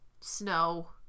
snow